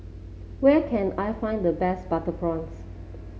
where can I find the best Butter Prawns